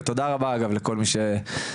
ותודה רבה אגב לכל מי שבזום,